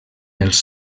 els